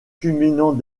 culminant